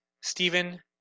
Stephen